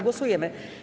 Głosujemy.